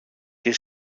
και